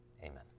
Amen